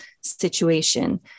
situation